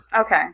Okay